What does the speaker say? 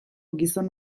gizon